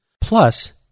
plus